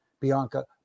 Bianca